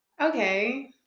okay